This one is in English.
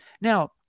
Now